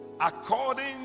according